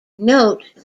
note